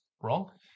wrong